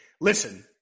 Listen